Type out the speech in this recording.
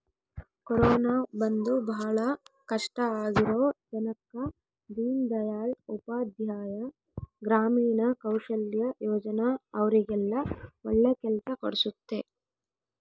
corona ಬಂದು ಭಾಳ ಕಷ್ಟ ಆಗಿರೋ ಜನಕ್ಕ ದೀನ್ ದಯಾಳ್ ಉಪಾಧ್ಯಾಯ ಗ್ರಾಮೀಣ ಕೌಶಲ್ಯ ಯೋಜನಾ ಅವ್ರಿಗೆಲ್ಲ ಒಳ್ಳೆ ಕೆಲ್ಸ ಕೊಡ್ಸುತ್ತೆ